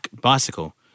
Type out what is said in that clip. bicycle